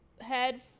head